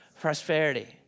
Prosperity